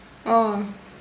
oh